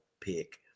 pick